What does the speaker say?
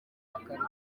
bakarekurwa